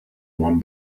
one